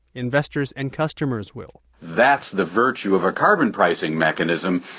investors and customers will that's the virtue of a carbon pricing mechanism,